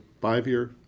five-year